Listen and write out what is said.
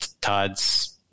Todd's